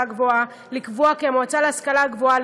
גבוהה ולקבוע כי המועצה להשכלה גבוהה,